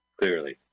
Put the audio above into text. Clearly